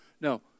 no